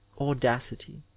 audacity